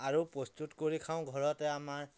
আৰু প্ৰস্তুত কৰি খাওঁ ঘৰতে আমাৰ